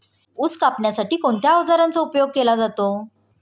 ऊस कापण्यासाठी कोणत्या अवजारांचा उपयोग केला जातो?